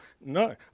No